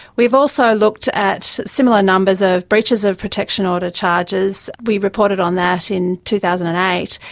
we've also looked at similar numbers of breaches of protection order charges, we reported on that in two thousand and eight,